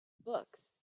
books